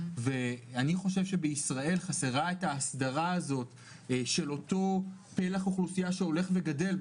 אני חושב שבישראל חסרה ההסדרה הזאת של אותו פלח אוכלוסייה שהולך וגדל.